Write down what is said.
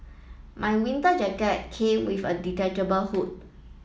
my winter jacket came with a detachable hood